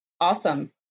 Awesome